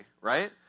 right